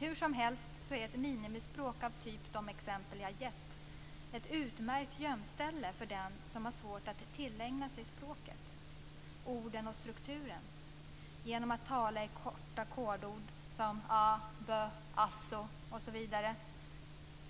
Hur som helst är ett minimispråk av den typ som jag har gett exempel på ett utmärkt gömställe för dem som har svårt att tillägna sig språket, orden och strukturen. Genom att tala i korta kodord som "ah, böh, asså" osv.